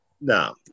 No